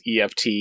EFT